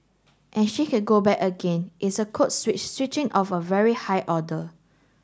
and she could go back again it's code switch switching of a very high order